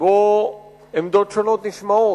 שבו עמדות שונות נשמעות,